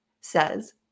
says